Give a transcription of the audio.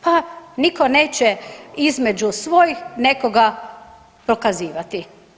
Pa nitko neće između svojih nekoga prokazivati.